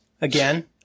again